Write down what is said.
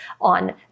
on